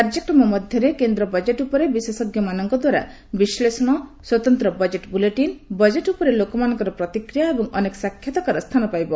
କାର୍ଯ୍ୟକ୍ରମ ମଧ୍ୟରେ କେନ୍ଦ୍ର ବଜେଟ୍ ଉପରେ ବିଶେଷଜ୍ଞମାନଙ୍କ ଦ୍ୱାରା ବିଶ୍ଳେଷଣ ସ୍ୱତନ୍ତ ବଜେଟ୍ ବୁଲେଟିନ୍ ବଜେଟ୍ ଉପରେ ଲୋକମାନଙ୍କର ପ୍ରତିକ୍ରିୟା ଓ ଅନେକ ସାକ୍ଷାତ୍କାର ସ୍ଥାନ ପାଇବ